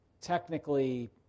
technically